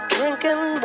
Drinking